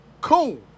cool